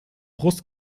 brust